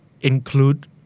include